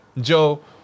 Joe